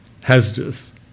hazardous